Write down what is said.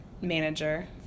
manager